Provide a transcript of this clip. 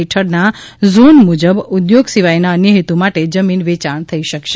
હેઠળના ઝોન મુજબ ઉદ્યોગ સિવાયના અન્ય હેતુમાટે જમીન વેચાણ થઇ શકશે